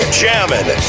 jamming